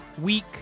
Week